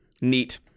neat